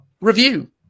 review